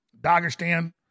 dagestan